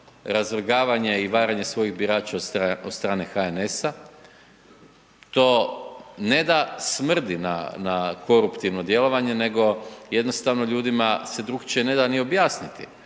razvrgavanje i varanje svojih birača od strane HNS-a, to ne da smrdi na koruptivno djelovanje, nego jednostavno ljudima se drukčije ne da ni objasniti.